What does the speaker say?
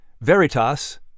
Veritas